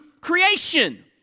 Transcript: creation